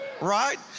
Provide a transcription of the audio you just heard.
right